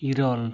ᱤᱨᱟᱹᱞ